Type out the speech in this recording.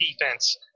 defense